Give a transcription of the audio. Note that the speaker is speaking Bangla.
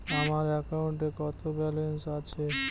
আমার অ্যাকাউন্টে কত ব্যালেন্স আছে?